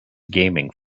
gaming